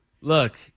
look